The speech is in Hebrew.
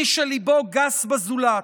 מי שליבו גס בזולת,